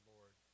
Lord